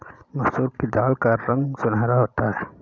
मसूर की दाल का रंग सुनहरा होता है